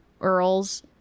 earls